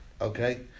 okay